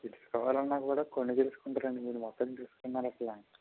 తెలుసుకోవాలన్న కూడా కొన్ని తెలుసుకుంటారు మీరు మొత్తం తెలుసుకున్నారు అసలు